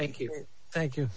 thank you thank you